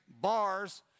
Bars